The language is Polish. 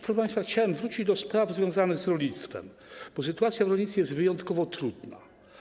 Proszę państwa, chciałem wrócić do spraw związanych z rolnictwem, bo sytuacja w rolnictwie jest wyjątkowo trudna.